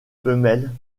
femelle